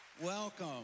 Welcome